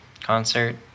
concert